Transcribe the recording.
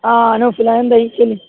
ആ നൗഫില എന്തായി ചൊല്ല്